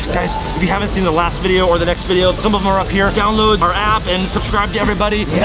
if you haven't see the last video or the next video, some of em are up here. download our app and subscribe to everybody.